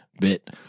bit